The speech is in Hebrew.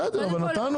בסדר, אבל נתנו.